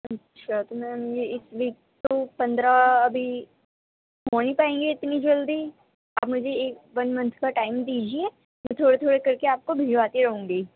اچھا تو میم یہ اس ویک تو پندرہ ابھی ہو نہیں پائیں گے اتنی جلدی آپ مجھے ایک ون منتھ کا ٹائم دیجیے میں تھورے تھورے کر کے آپ کو بھجواتی رہوں گی